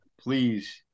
please